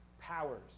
Powers